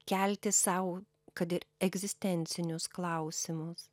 kelti sau kad ir egzistencinius klausimus